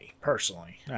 personally